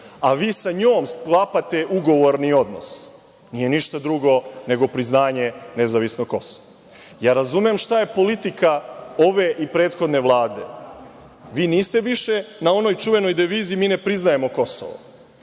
a vi sa njom sklapate ugovorni odnos, nije ništa drugo nego priznanje nezavisnog Kosova. Ja razumem šta je politika ove i prethodne Vlade. Vi niste više na onoj čuvenoj devizi – mi ne priznajemo Kosovo,